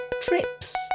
trips